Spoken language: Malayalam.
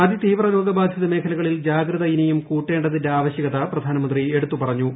അതിതീവ്ര രോഗബാധിത മേഖലകളിൽ ജാഗ്രത ഇനിയും കൂട്ടേണ്ടതിന്റെ ആവശ്യകത പ്രധാനമന്ത്രി എടുത്തു പറഞ്ഞു